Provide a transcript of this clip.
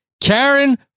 Karen